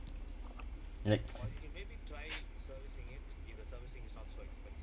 like